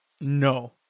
no